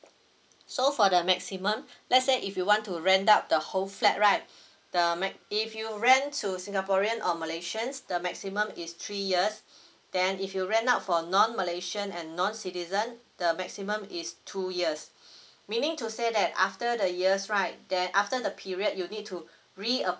so for the maximum let's say if you want to rent out the whole flat right the max~ if you rent to singaporean or malaysian the maximum is three years then if you rent out for non malaysian and non citizen the maximum is two years meaning to say that after the years right then after the period you need to reapply